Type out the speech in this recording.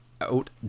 out